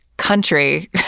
country